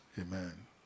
Amen